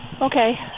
Okay